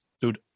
dude